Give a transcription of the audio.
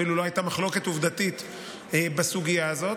ואפילו לא הייתה מחלוקת עובדתית בסוגיה הזאת,